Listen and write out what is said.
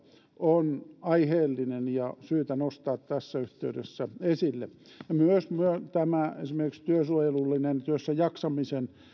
on aiheellinen ja syytä nostaa tässä yhteydessä esille myös esimerkiksi tämä työsuojelullinen työssäjaksamisen